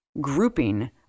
grouping